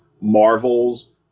Marvels